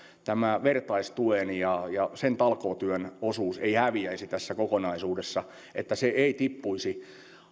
tämä vertaistuen ja ja sen talkootyön osuus ei häviäisi tässä kokonaisuudessa että se ei tippuisi